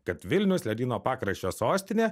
kad vilnius ledyno pakraščio sostinė